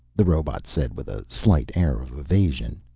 the robot said with a slight air of evasion.